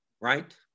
right